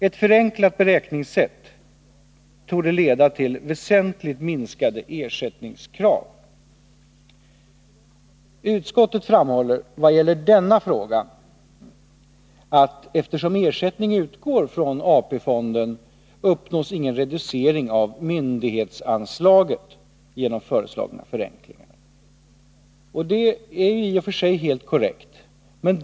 Ett förenklat beräkningssätt torde leda till väsentligt minskade ersättningskrav. Utskottet framhåller vad gäller denna fråga att eftersom ersättning utgår från AP-fonden uppnås ingen reducering av myndighetsanslaget genom föreslagna förenklingar. Detta är i och för sig helt korrekt.